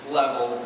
level